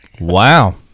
Wow